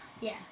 Yes